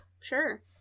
Sure